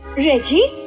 reggie,